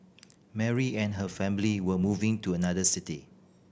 Mary and her family were moving to another city